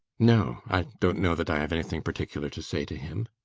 no i don't know that i have anything particular to say to him.